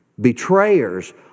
Betrayers